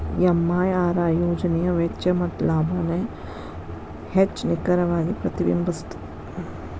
MIRR ಯೋಜನೆಯ ವೆಚ್ಚ ಮತ್ತ ಲಾಭಾನ ಹೆಚ್ಚ್ ನಿಖರವಾಗಿ ಪ್ರತಿಬಿಂಬಸ್ತ